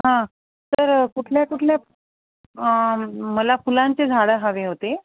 हां तर कुठल्या कुठल्या मला फुलांचे झाडं हवे होते